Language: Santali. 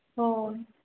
ᱦᱳᱭ